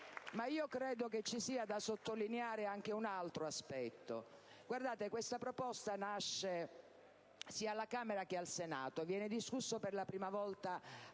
Ma io credo che ci sia da sottolineare anche un altro aspetto. Questa proposta nasce sia alla Camera che al Senato. Viene discussa per la prima volta